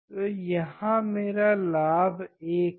तो यहाँ मेरा लाभ 1 है